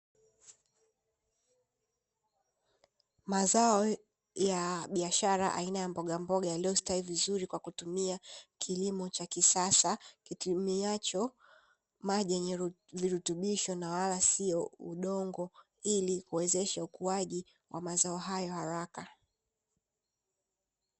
Mazao ya biashara aina ya mbogamboga yaliyostawi vizuri kwa kutumia kilimo cha kisasa, kitumiacho maji yenye virutubisho na wala sio udongo, ili kuwezesha ukuaji wa mazao hayo haraka.